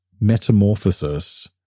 metamorphosis